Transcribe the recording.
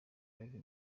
live